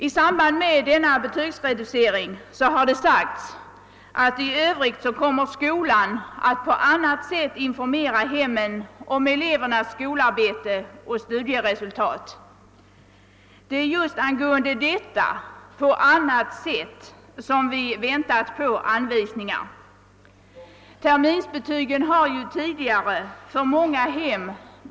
I samband med denna reducering har det sagts att skolan på annat sätt kommer att informera hemmen om elevernas skolarbete och studieresultat. Vi har fått vänta alltför länge på anvisningar angående detta »på annat sätt«. Terminsbetygen har ju tidigare för många hem.